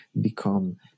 become